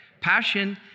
Passion